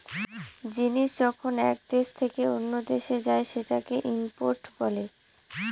জিনিস যখন এক দেশ থেকে অন্য দেশে যায় সেটাকে ইম্পোর্ট বলে